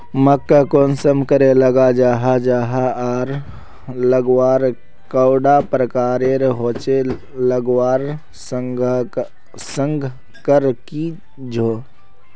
मक्का कुंसम करे लगा जाहा जाहा आर लगवार कैडा प्रकारेर होचे लगवार संगकर की झे?